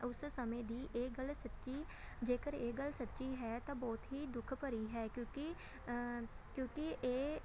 ਉਸ ਸਮੇਂ ਦੀ ਇਹ ਗੱਲ ਸੱਚੀ ਜੇਕਰ ਇਹ ਗੱਲ ਸੱਚੀ ਹੈ ਤਾਂ ਬਹੁਤ ਹੀ ਦੁੱਖ ਭਰੀ ਹੈ ਕਿਉਂਕਿ ਕਿਉਂਕਿ ਇਹ